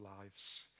lives